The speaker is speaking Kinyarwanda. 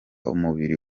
umubiri